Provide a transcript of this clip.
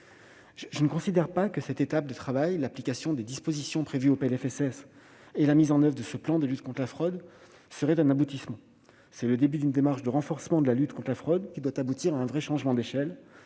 Je ne considère pas que cette étape de travail- l'application des dispositions prévues en loi de financement de la sécurité sociale et la mise en oeuvre de ce plan de lutte contre la fraude -soit un aboutissement, c'est le début d'une démarche de renforcement de la lutte contre la fraude qui doit aboutir à un vrai changement d'échelle